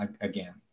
again